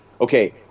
okay